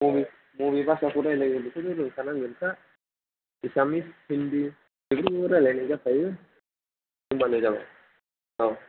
औ बबे भाषाखौ रायलायो बेखौलाय रोंखा नांगोनखा एसामिस हिन्दी बेफोरखौ रायलायनाय जाखायो रोंबानो जाबाय औ